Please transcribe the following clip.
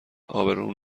ابرو